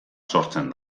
sortzen